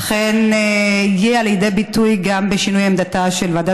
אכן בא לידי ביטוי גם בשינוי עמדתה של ועדת